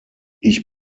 ich